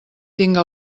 tinga